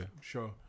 Sure